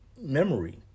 memory